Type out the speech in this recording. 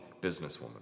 businesswoman